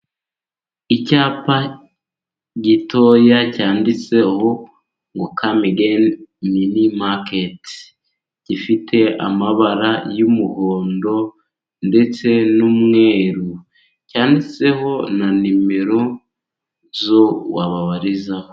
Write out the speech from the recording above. Icyapa gitoya cyanditseho ngo kame egene mini maketi, gifite amabara y'umuhondo ndetse n'umweru, cyanditseho na nimero wababarizaho.